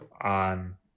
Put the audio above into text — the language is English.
on